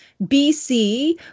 BC